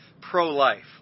pro-life